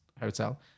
hotel